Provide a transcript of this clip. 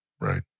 Right